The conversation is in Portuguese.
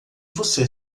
você